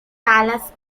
palace